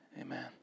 amen